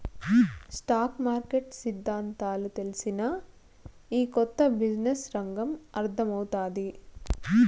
stock market సిద్దాంతాలు తెల్సినా, ఈ కొత్త బిజినెస్ రంగం అర్థమౌతాది